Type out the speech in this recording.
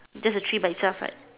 just a tree by itself right